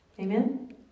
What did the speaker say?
Amen